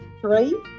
three